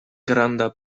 granda